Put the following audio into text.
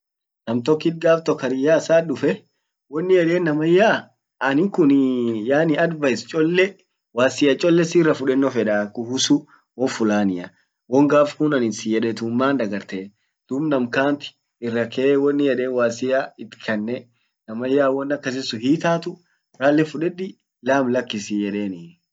nam tokkit gaf tok, harriya issat dufe wonin yeden namanyaa anin kun yaani advice cchole, wasia cchole sirra fudenno fedaa kuhusu won fulania, won gaf kun an siyede kun maan dagarte? Dub nam kaant irra ke wonin yeden wasia itkanne namanyaa won akasisun hiitatu rale fudedi lam lakisi yedeni.